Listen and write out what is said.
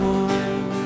one